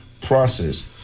process